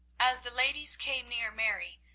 as the ladies came near mary,